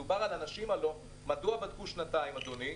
מדוע בדקו שנתיים, אדוני?